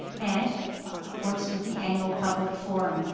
and works with the annual public forum.